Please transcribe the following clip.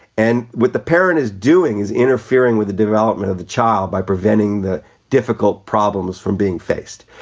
and with the parent is doing is interfering with the development of the child by preventing the difficult problems from being faced.